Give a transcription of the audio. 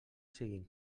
siguin